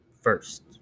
first